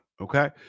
Okay